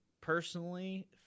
personally